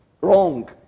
wrong